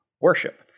worship